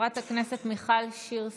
חברת הכנסת מיכל שיר סגמן,